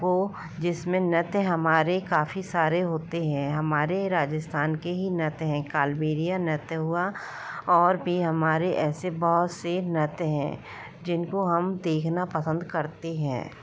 को जिसमें नृत्य हमारे काफ़ी सारे होते हैं हमारे राजस्थान के ही नृत्य हैं कालबेलिया नृत्य हुआ और भी हमारे ऐसे बहुत से नृत्य हैं जिनको हम देखना पसंद करते हैं